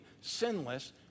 sinless